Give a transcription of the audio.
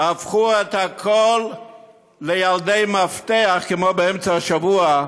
הפכו את הכול לילדי מפתח, כמו באמצע השבוע,